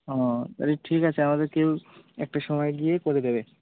ও তাহলে ঠিক আছে আমাদের কেউ একটার সময় গিয়ে করে দেবে